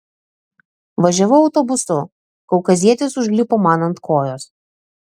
važiavau autobusu kaukazietis užlipo man ant kojos